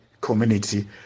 community